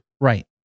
Right